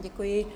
Děkuji.